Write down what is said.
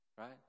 Right